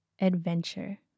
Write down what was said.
adventure